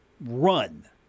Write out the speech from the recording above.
run